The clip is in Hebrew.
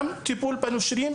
גם נושרים,